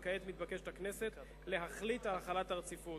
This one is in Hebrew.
וכעת מתבקשת הכנסת להחליט על החלת הרציפות.